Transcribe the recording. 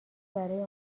برای